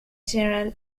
general